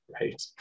right